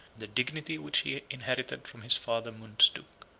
the dignity which he inherited from his father mundzuk.